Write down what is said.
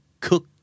cook